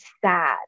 sad